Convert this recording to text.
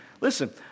Listen